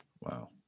Wow